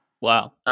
Wow